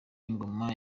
ingoma